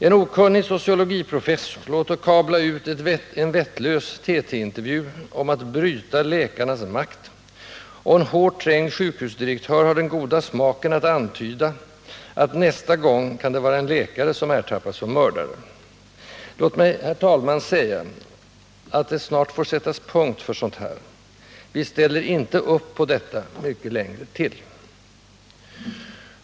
En okunnig sociologiprofessor låter kabla ut en vettlös TT-intervju om att ”bryta läkarnas makt”. Och en hårt trängd sjukhusdirektör har den goda smaken att antyda att nästa gång kan det vara en läkare som ertappas som mördare. Låt mig, herr talman, säga att det snart får sättas punkt för sådant här. Vi ställer inte upp på detta mycket längre till.